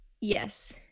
Yes